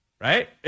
right